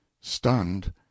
Stunned